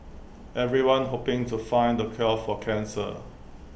everyone's hoping to find the cure for cancer